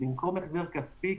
במקום החזר כספי.